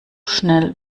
schnell